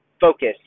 focus